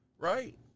Right